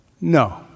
no